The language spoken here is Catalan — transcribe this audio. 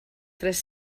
tres